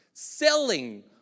selling